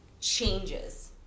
changes